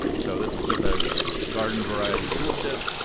so this is just a garden variety tool tip,